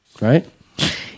Right